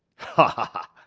hah!